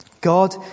God